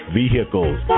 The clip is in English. vehicles